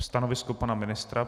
Stanovisko pana ministra.